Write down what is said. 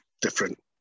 different